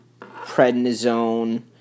prednisone